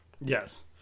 Yes